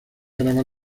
grabar